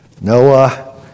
Noah